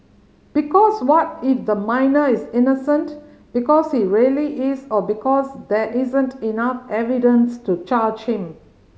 because what if the minor is innocent because he really is or because there isn't enough evidence to charge him